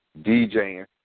DJing